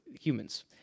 humans